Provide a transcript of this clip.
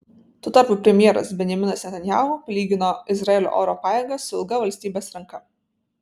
tuo tarpu premjeras benjaminas netanyahu palygino izraelio oro pajėgas su ilga valstybės ranka